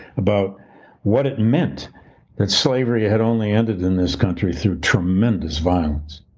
about what it meant that slavery yeah had only ended in this country through tremendous violence.